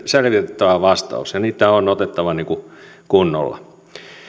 selvitettävä vastaus ja niitä on otettava kunnolla